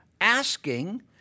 asking